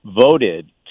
voted